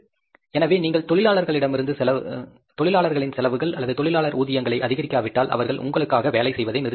எனவே நீங்கள் தொழிலாளர்களின் செலவுகள் அல்லது தொழிலாளர் ஊதியங்களை அதிகரிக்காவிட்டால் அவர்கள் உங்களுக்காக வேலை செய்வதை நிறுத்திவிடுவார்கள்